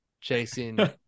chasing